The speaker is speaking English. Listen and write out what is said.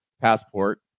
passport